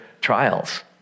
trials